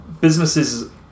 businesses